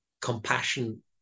compassion